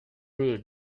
rude